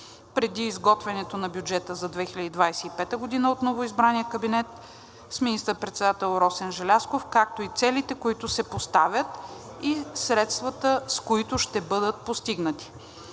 преди изготвянето на бюджета за 2025 г. от новоизбрания кабинет с министър-председател Росен Желязков, както и целите, които се поставят, и средствата, с които ще бъдат постигнати.